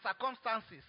circumstances